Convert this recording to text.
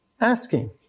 asking